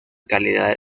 calidad